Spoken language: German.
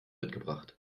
mitgebracht